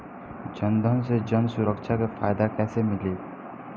जनधन से जन सुरक्षा के फायदा कैसे मिली?